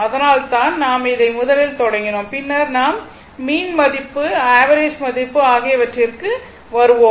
அதனால்தான் நாம் இதை முதலில் தொடங்கினோம் பின்னர் நாம் மீன் மதிப்பு ஆவரேஜ் மதிப்பு ஆகியவற்றிற்கு வருவோம்